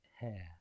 hair